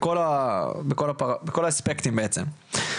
בכל האספקטים בעצם.